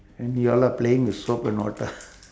and you're all playing with soap and water